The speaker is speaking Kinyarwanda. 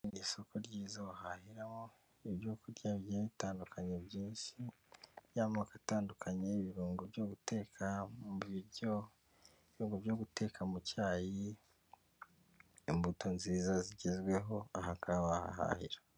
Isoko ryiza wahahiramo ibyo kurya bigiye bitandukanye byinshi by'amoko atandukanye, ibirungo byo guteka mu biryo, ibirungo byo guteka mu cyayi, imbuto nziza zigezweho, ni aha ngaha wahahira.